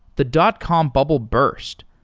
the dot-com bubble burst,